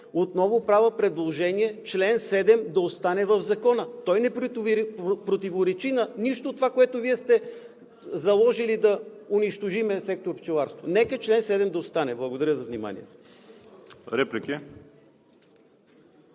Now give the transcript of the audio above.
Отново правя предложение чл. 7 да остане в Закона. Той не противоречи на нищо от това, което Вие сте заложили – да унищожим сектор „Пчеларство“. Нека чл. 7 да остане! Благодаря за вниманието.